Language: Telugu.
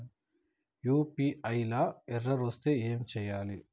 యూ.పీ.ఐ లా ఎర్రర్ వస్తే ఏం చేయాలి?